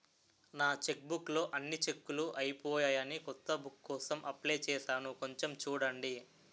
నా చెక్బుక్ లో అన్ని చెక్కులూ అయిపోయాయని కొత్త బుక్ కోసం అప్లై చేసాను కొంచెం చూడండి